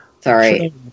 Sorry